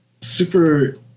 super